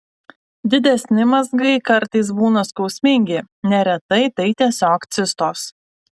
didesni mazgai kartais būna skausmingi neretai tai tiesiog cistos